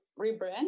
rebrand